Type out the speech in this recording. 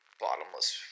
bottomless